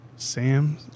Sam